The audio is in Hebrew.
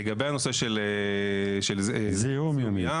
לגבי הנושא של זיהום ים,